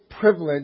privilege